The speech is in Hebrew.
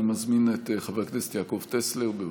אני מזמין את חבר הכנסת יעקב טסלר, בבקשה.